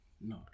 No